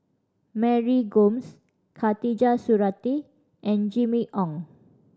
Mary Gomes Khatijah Surattee and Jimmy Ong